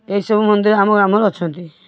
ଏଇ ସବୁ ମନ୍ଦିର ଆମ ଗ୍ରାମରେ ଅଛନ୍ତି